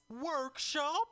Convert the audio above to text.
Workshop